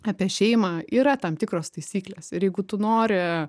apie šeimą yra tam tikros taisyklės ir jeigu tu nori